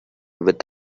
with